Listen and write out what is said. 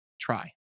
try